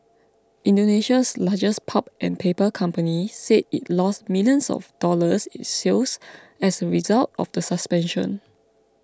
Indonesia's largest pulp and paper company said it lost millions of dollars in sales as a result of the suspension